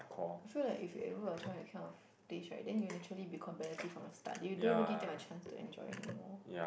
feel like if you enroll your child in these kind of place right then you naturally be competitive from the start you don't even give them a chance to enjoy anymore